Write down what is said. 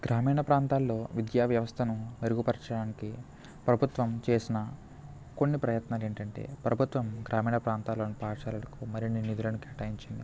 గ్రామీణ ప్రాంతాల్లో విద్యా వ్యవస్థను మెరుగుపరచడానికి ప్రభుత్వం చేసిన కొన్ని ప్రయత్నాలు ఏంటంటే ప్రభుత్వం గ్రామీణ ప్రాంతాలను పాఠశాలలకు మరిన్ని నిధులను కేటాయించాలి